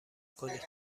کنید